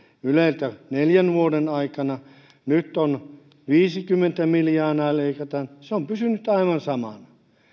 yleltä neljän vuoden aikana nyt viisikymmentä miljoonaa leikataan se on pysynyt aivan samana